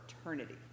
eternity